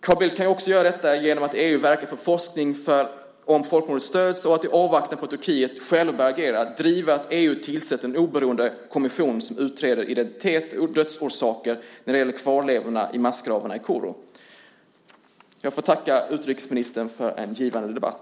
Carl Bildt kan göra detta genom att i EU verka för att forskningen om folkmordet stöds, och i avvaktan på att Turkiet självt agerar driva frågan om att EU tillsätter en oberoende kommission som utreder identitet och dödsorsaker när det gäller kvarlevorna i massgravarna i Kuru. Jag får tacka utrikesministern för en givande debatt.